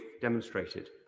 demonstrated